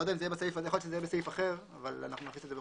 יכול להיות שזה יהיה בסעיף אחר, אבל נכניס את זה.